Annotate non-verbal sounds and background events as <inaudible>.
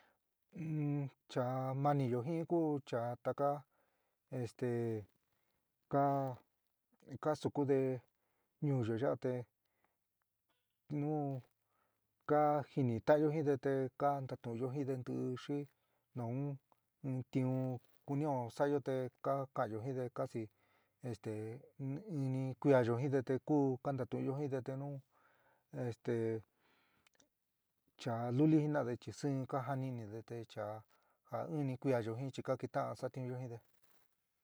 <hesitation> cha maniyo jɨn ku chá taka este kaa ka sukude ñuúyo ya'a te nu ka jinitanyo jinde te ka ntatunyo jinde ntiɨ xi nu in tiun kunɨo sa'ayo te ka káanyo jinde kasi esté in ini kuiayo jinde te ku kantatunyo jinde te nu este chaa luli jinade chi sɨin ka jani inide te chaa ja iɨnni kuiya yo jɨn chi kitaan satiunyo jinde.